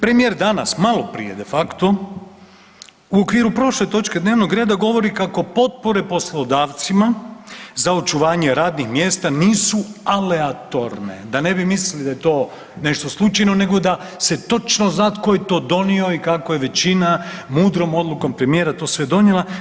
Premijer danas maloprije de facto u okviru prošle točke dnevnog reda govori kako potpore poslodavcima za očuvanje radnih mjesta nisu aleatorne, da ne bi mislili da je to nešto slučajno nego da se točno zna tko je to donio i kako je većina mudrom odlukom premijera to sve donijela.